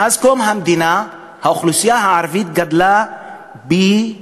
מאז קום המדינה האוכלוסייה הערבית גדלה פי-שבעה,